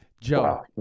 Joe